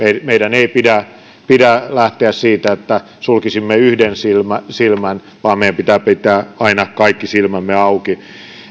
meidän ei pidä pidä lähteä siitä että sulkisimme yhden silmän silmän vaan meidän pitää pitää aina kaikki silmämme auki